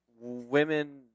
women